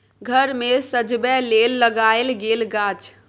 घर मे सजबै लेल लगाएल गेल गाछ